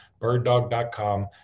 birddog.com